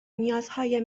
نیازهای